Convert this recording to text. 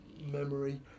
Memory